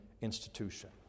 institution